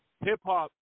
hip-hop